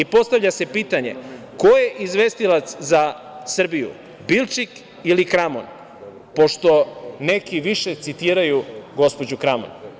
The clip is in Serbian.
Postavlja se pitanje – ko je izvestilac za Srbiju, Bilčik ili Kramon, pošto neki više citiraju gospođu Kramon?